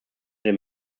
dem